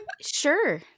sure